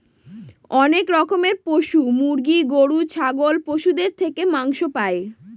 অনেক রকমের পশু মুরগি, গরু, ছাগল পশুদের থেকে মাংস পাই